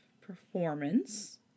performance